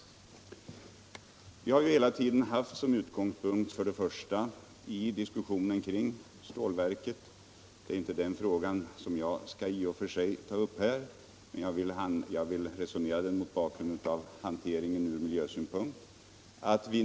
Frågan om sysselsättningen har funnits som utgångspunkt vid diskussionen kring stålverket — det är i och för sig inte den frågan jag skall ta upp men jag kan nämna den som bakgrund till hanteringen av projektet ur miljösynpunkt.